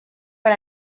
per